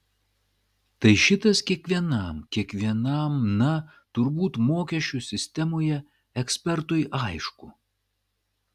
tai šitas kiekvienam kiekvienam na turbūt mokesčių sistemoje ekspertui aišku